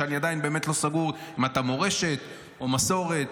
אני עדיין לא סגור אם אתה מורשת או מסורת.